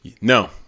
No